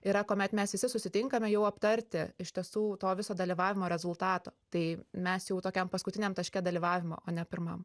yra kuomet mes visi susitinkame jau aptarti iš tiesų to viso dalyvavimo rezultato tai mes jau tokiam paskutiniam taške dalyvavimo o ne pirmam